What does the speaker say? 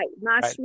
right